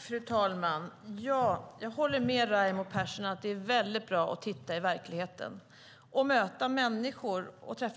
Fru talman! Jag håller med Raimo Pärssinen om att det är väldigt bra att titta på verkligheten och möta människor,